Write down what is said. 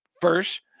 First